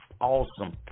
awesome